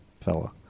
fella